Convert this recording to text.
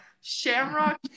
shamrock